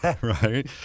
right